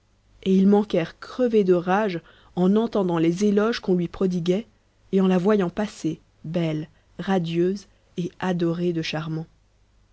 et ils manquèrent crever de rage en entendant les éloges qu'on lui prodiguait et en la voyant passer belle radieuse et adorée de charmant